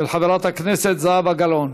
של חברת הכנסת זהבה גלאון.